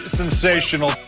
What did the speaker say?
sensational